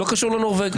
זה לא קשור לנורבגי.